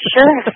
Sure